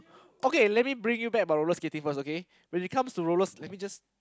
okay let me bring you back about roller skating first okay when it comes to rollers let me just